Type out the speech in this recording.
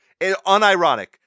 Unironic